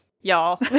y'all